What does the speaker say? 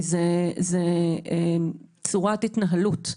כי זו צורת התנהלות,